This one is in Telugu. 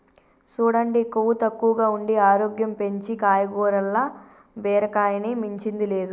సూడండి కొవ్వు తక్కువగా ఉండి ఆరోగ్యం పెంచీ కాయగూరల్ల బీరకాయని మించింది లేదు